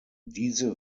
diese